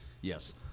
Yes